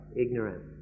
ignorant